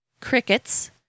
crickets